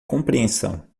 compreensão